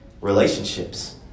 relationships